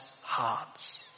hearts